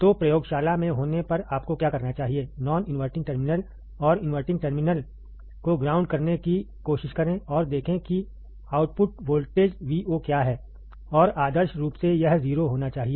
तो प्रयोगशाला में होने पर आपको क्या करना चाहिए नॉन इनवर्टिंग टर्मिनल और इनवर्टिंग टर्मिनल को ग्राउंड करने की कोशिश करें और देखें कि आउटपुट वोल्टेज Vo क्या है और आदर्श रूप से यह 0 होना चाहिए